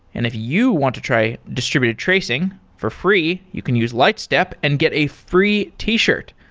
and if you want to try distributed tracing for free, you can use lightstep and get a free t-shirt.